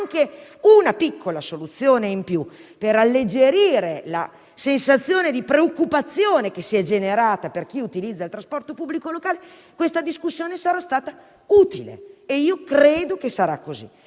solo una piccola soluzione in più per alleggerire la sensazione di preoccupazione che si è generata in chi utilizza il trasporto pubblico locale, sarà stata utile. E io credo che sarà così.